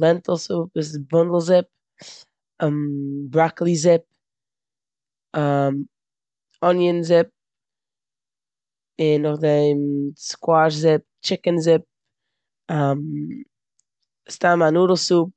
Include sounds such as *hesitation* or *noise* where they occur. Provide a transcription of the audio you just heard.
לענטיל סופ וואס איז בונדל זופ, *hesitation* בראקאלי זופ, *hesitation* אניאן זופ און נאכדעם סקוואש זופ, טשיקן זופ, *hesitation* סתם א נודל סופ.